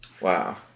Wow